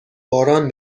باران